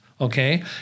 okay